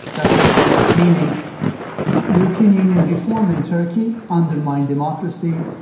that's a fact, meaning european union reform in turkey undermined democracy,